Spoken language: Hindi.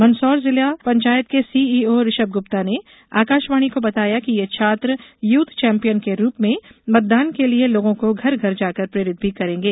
मंदसौर जिला पंचायत के सीईओ ऋषभ गुप्ता ने आकाशवाणी को बताया कि ये छात्र यूथ चैंपियन के रूप में मतदान के लिए लोगों को घर घर जाकर प्रेरित भी करेंगे